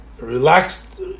relaxed